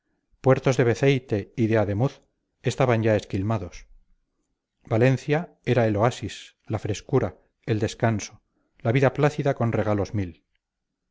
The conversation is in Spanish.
de beceite y de ademuz estaban ya esquilmados valencia era el oasis la frescura el descanso la vida plácida con regalos mil